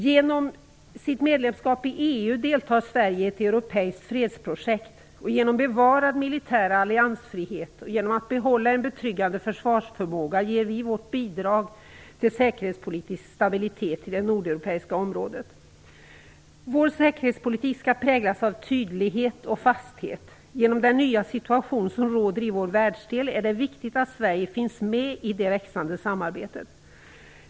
Genom sitt medlemskap i EU deltar Sverige i ett europeiskt fredsprojekt, och genom bevarad militär alliansfrihet och genom att behålla en betryggande försvarsförmåga ger vi vårt bidrag till säkerhetspolitisk stabilitet i det nordeuropiska området. Vår säkerhetspolitik skall präglas av tydlighet och fasthet. Genom den nya situation som råder i vår världsdel är det viktigt att Sverige finns med i det växande samarbetet.